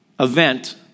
event